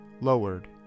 lowered